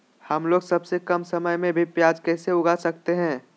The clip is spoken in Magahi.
हमलोग सबसे कम समय में भी प्याज कैसे उगा सकते हैं?